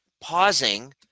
pausing